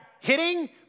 hitting